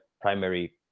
primary